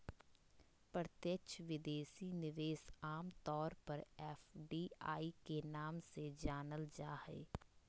प्रत्यक्ष विदेशी निवेश आम तौर पर एफ.डी.आई के नाम से जानल जा हय